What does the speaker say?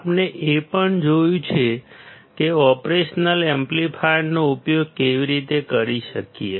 આપણે એ પણ જોયું છે કે ઓપરેશનલ એમ્પ્લીફાયરનો ઉપયોગ કેવી રીતે કરી શકીએ